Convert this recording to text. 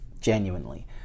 genuinely